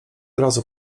razu